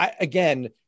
Again